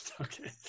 Okay